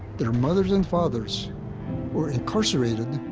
their mothers and fathers were incarcerated